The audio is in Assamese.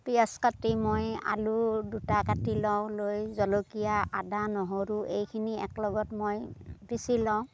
পিয়াজ কাটি মই আলু দুটা কাটি লওঁ লৈ জলকীয়া আদা নহৰু এইখিনি একে লগত মই পিচি লওঁ